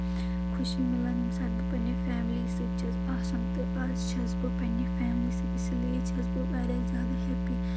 خُشی مِلان ییٚمہِ ساتہٕ بہٕ پنٛنہِ فیملی سۭتۍ چھَس آسان تہٕ اَز چھَس بہٕ پنٛنہِ فیملی سۭتۍ اسی لیے چھَس بہٕ واریاہ زیادٕ ہیٚپی